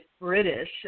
British